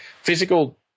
physical